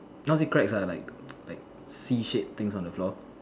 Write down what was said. not say cracks lah like like C shaped things on the floor